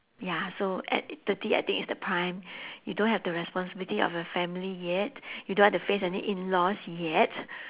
ya so at thirty I think it's the prime you don't have the responsibility of a family yet you don't have to face any in laws yet